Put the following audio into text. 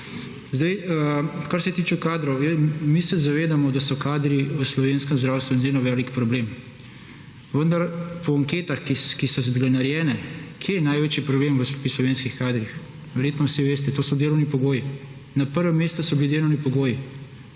Zdaj, kar se tiče kadrov. Mi se zavedamo, da so kadri v slovenskem zdravstvu izjemno velik problem. Vendar, po anketah, ki so bile narejene, kje je največji problem pri slovenskih kadrih? Verjetno vsi veste, to so delovni pogoji. Na prvem mestu so bili delovni pogoji.